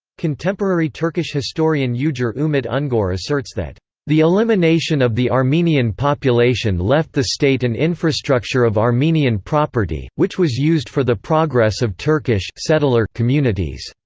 contemporary turkish historian ugur umit ungor asserts that the elimination of the armenian population left the state an infrastructure of armenian property, which was used for the progress of turkish like communities.